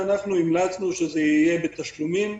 ואנחנו המלצנו שזה יהיה בתשלומים,